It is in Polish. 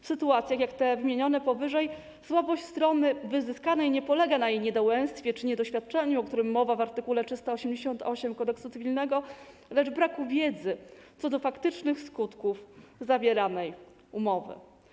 W sytuacjach jak te wymienione powyżej słabość strony wyzyskanej nie polega na jej niedołęstwie czy niedoświadczeniu, o którym mowa w art. 388 Kodeksu cywilnego, lecz na braku wiedzy co do faktycznych skutków zawieranej umowy.